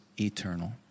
eternal